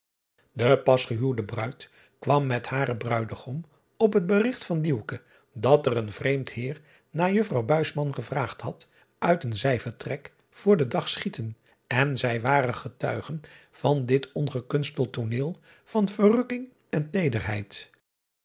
e pas gehuwde ruid kwam met haren ruidegom op het berigt van dat er een vreemd eer naar uffer gevraagd had uit een zijvertrek voor den dag schieten en zij waren getuigen van dit ongekunsteld tooneel van verrukking en teederheid